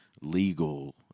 legal